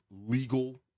legal